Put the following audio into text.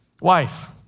wife